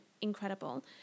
incredible